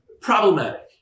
Problematic